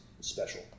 special